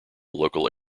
local